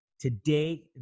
Today